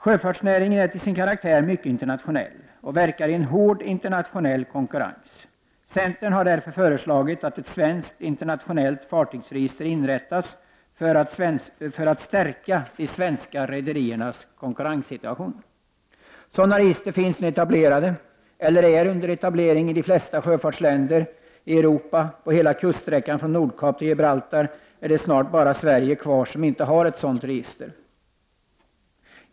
Sjöfartsnäringen är till sin karaktär mycket internationell och verkar i en hård internationell konkurrens. Centern har därför föreslagit att ett svenskt internationellt fartygsregister inrättas för att stärka de svenska rederiernas konkurrenssituation. Sådana register finns nu etablerade eller är under etablering i de flesta sjöfartsländer i Europa. På hela kuststräckan från Nordkap till Gibraltar är det snart bara Sverige kvar som inte har ett sådant register.